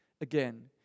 again